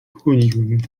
wchodziłem